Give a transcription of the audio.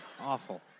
Awful